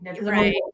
Right